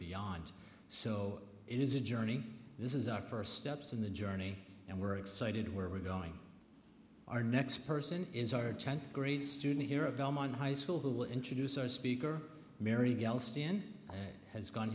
beyond so it is a journey this is our first steps in the journey and we're excited where we're going our next person is our tenth grade student here at belmont high school who will introduce our speaker mary galston has gone